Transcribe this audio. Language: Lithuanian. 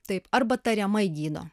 taip arba tariamai gydo